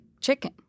chicken